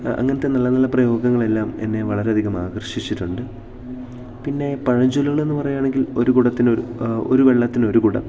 അങ്ങനത്തെ നല്ല നല്ല പ്രയോഗങ്ങളെല്ലാം എന്നെ വളരെയധികം ആകർഷിച്ചിട്ടുണ്ട് പിന്നെ പഴഞ്ചൊലുകളെന്ന് പറയുകയാണെങ്കിൽ ഒരു കുടത്തിനൊരു ഒരു വെള്ളത്തിനൊരു കുടം